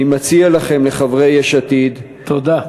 אני מציע לכם, לחברי יש עתיד, תודה.